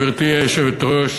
גברתי היושבת-ראש,